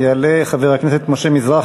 יעלה חבר הכנסת משה מזרחי,